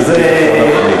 זאת השאילתה שלי.